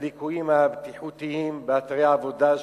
הליקויים הבטיחותיים באתרי העבודה השונים,